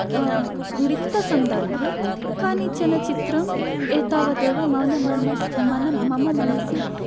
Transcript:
रिक्तसन्दर्भे कानिचनचित्रम् एतावदेव मम मनसि